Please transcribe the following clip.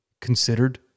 considered